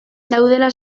daudela